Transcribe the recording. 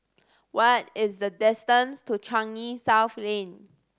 what is the distance to Changi South Lane